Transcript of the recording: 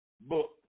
book